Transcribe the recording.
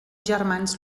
germans